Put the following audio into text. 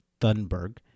Thunberg